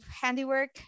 handiwork